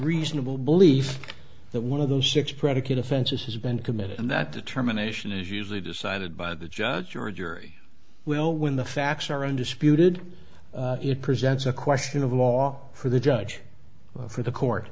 reasonable be belief that one of those six predicate offenses has been committed and that determination is usually decided by the judge or jury well when the facts are undisputed it presents a question of law for the judge for the court